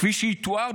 כפי שיתואר,